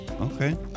okay